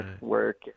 work